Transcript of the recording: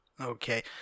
okay